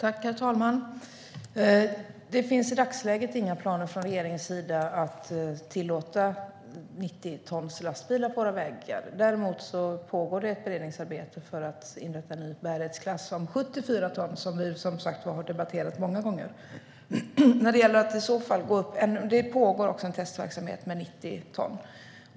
Herr talman! Det finns i dagsläget inga planer från regeringens sida på att tillåta 90-tonslastbilar på våra vägar. Däremot pågår det ett beredningsarbete för att inrätta en ny bärighetsklass om 74 ton, som vi som sagt har debatterat många gånger. Det pågår också en testverksamhet med 90 ton.